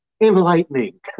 enlightening